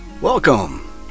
Welcome